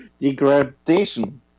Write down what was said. degradation